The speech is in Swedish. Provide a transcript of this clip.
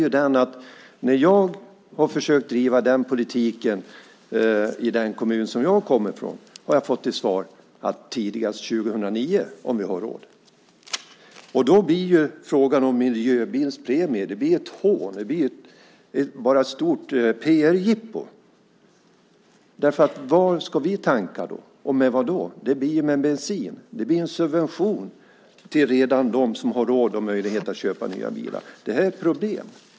Sanningen är att när jag har försökt driva den politiken i den kommun som jag kommer från har jag fått svaret: tidigast 2009 - om vi har råd. Frågan om miljöbilspremier blir ett hån. Det blir ett stort PR-jippo. Var ska vi tanka, och med vad? Det blir med bensin. Premien blir en subvention till dem som redan har råd och möjlighet att köpa nya bilar. Det är ett problem.